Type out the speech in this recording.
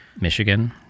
michigan